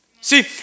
see